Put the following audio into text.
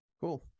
Cool